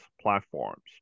platforms